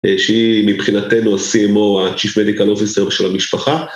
שהיא מבחינתנו, סימו, ה-chief medical officer של המשפחה.